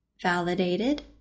validated